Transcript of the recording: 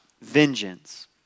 vengeance